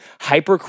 Hyper